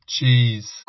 Cheese